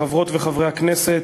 תודה, חברות וחברי הכנסת,